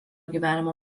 gyvenimo